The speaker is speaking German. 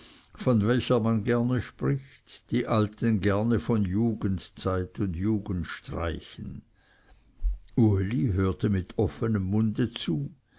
von welcher man gerne spricht die alten gerne von jugendzeit und jugendstreichen uli hörte mit offenem munde zu